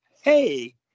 hey